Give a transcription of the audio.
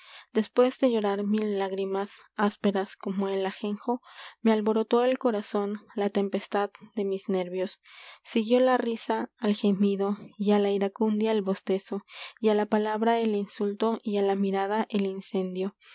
después de llorar mil lágrimas ásperas me como el ajenjo alborotó el corazón la tempestad de mis nervios siguió la risa al gemido y y y á la iracundia el bostezo á la palabra el insulto á la mirada el incendio